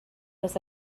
was